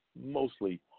mostly